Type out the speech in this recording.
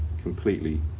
completely